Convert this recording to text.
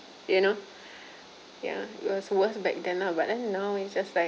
you know ya it was worth back then lah but then now it's just like